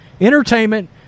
entertainment